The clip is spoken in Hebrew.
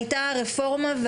הייתה רפורמה,